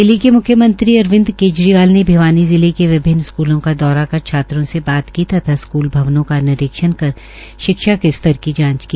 दिल्ली के मुख्यमंत्री अरविंद केजरीवाल ने भिवानी जिले के विभिन्न स्क्लों का दौरा कर छात्रों से बात की तथा स्कूल भवनों का निरीक्षण कर शिक्षा के स्तर की जांच की